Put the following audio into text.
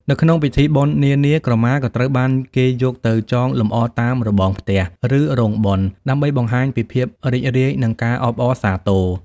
នៅក្នុងពិធីបុណ្យនានា ក្រមាក៏ត្រូវបានគេយកទៅ ចងលម្អតាមរបងផ្ទះ ឬរោងបុណ្យ ដើម្បីបង្ហាញពីភាពរីករាយ និងការអបអរសាទរ។